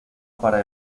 para